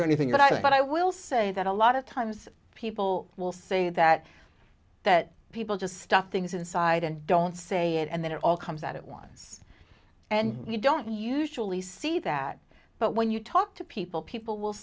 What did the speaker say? journey think that i will say that a lot of times people will say that that people just stop things inside and don't say it and then it all comes out it wants and you don't usually see that but when you talk to people people will